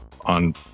on